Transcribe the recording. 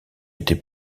été